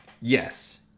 Yes